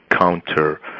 counter